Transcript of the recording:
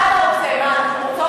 מה אמרתי מרגיז?